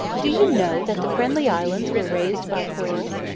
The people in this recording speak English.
do you know that the friendly islands were raised by corals?